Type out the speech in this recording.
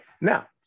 Now